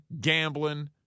gambling